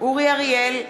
אורי אריאל,